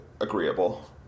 agreeable